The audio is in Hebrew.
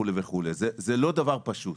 זה לא דבר פשוט.